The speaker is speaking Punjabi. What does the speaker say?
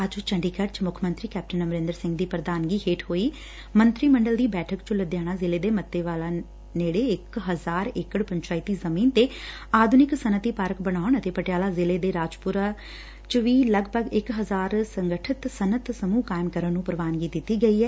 ਅੱਜ ਚੰਡੀਗੜ ਚ ਮੁੱਖ ਮੰਤਰੀ ਕੈਪਟਨ ਅਮਰੰਦਰ ਸਿੰਘ ਦੀ ਪ੍ਰਧਾਨਗੀ ਹੇਠ ਹੋਈ ਮੰਤਰੀ ਮੰਡਲ ਦੀ ਮੀਟਿੰਗ ਚ ਲੁਧਿਆਣਾ ਜ਼ਿਲੇ ਦੇ ਮੱਤੇਵਾਤਾ ਨੇੜੇ ਇਕ ਹਜ਼ਾਰ ਏਕਤ ਪੰਚਾਇਤੀ ਜ਼ਮੀਨ ਤੇ ਆਧੁਨਿਕ ਸਨੱਅਤੀ ਪਾਰਕ ਬਣਾਉਣ ਅਤੇ ਪਟਿਆਲਾ ਜ਼ਿਲੇ ਦੇ ਰਾਜਪੁਰਾ ਚ ਵੀ ਲਗਭਗ ਇਕ ਹਜ਼ਾਰ ਸੰਗਠਤ ਸਨੱਅਤ ਸਮੁਹ ਕਾਇਮ ਕਰਨ ਨੂੰ ਪ੍ਰਵਾਨਗੀ ਦਿੱਤੀ ਗਈ ਐ